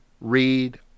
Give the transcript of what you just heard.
read